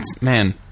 Man